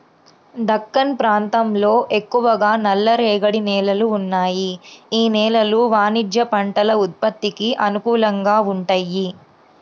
దక్కన్ ప్రాంతంలో ఎక్కువగా నల్లరేగడి నేలలు ఉన్నాయి, యీ నేలలు వాణిజ్య పంటల ఉత్పత్తికి అనుకూలంగా వుంటయ్యి